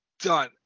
Done